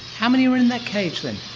how many are in that cage then?